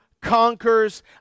conquers